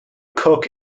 cook